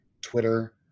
Twitter